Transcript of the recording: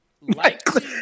likely